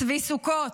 צבי סוכות,